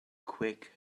quick